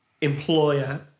employer